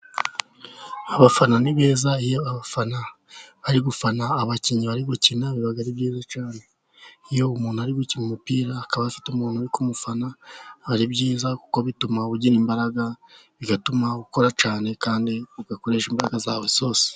Abafana ni beza . Iyo abafana bari gufana abakinnyi bari gukina , biba ari byiza cyane. Iyo umuntu ari gukina umupira , akaba afite umuntu uri ku mufana, biba ari byiza . Kuko , bituma ugira imbaraga . Bigatuma ukora cyane . Kandi ,ugakoresha imbaraga zawe zose.